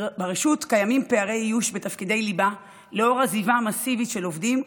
ברשות קיימים פערי איוש בתפקידי ליבה לאור עזיבה מסיבית של עובדים,